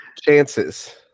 Chances